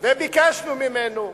וביקשנו ממנו.